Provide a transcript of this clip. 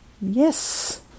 Yes